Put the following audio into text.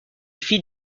fit